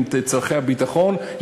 עם צורכי הביטחון,